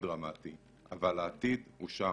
ודרמטי אבל העתיד הוא שם.